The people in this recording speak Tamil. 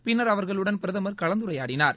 பின்னர் அவர்களுடன் பிரதமர் கலந்துரையாடினார்